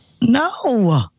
No